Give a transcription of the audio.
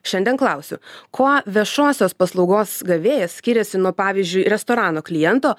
šiandien klausiu kuo viešosios paslaugos gavėjas skiriasi nuo pavyzdžiui restorano kliento